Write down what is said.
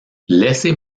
laissez